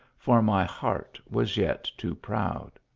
for my heart was yet too proud.